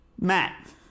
Matt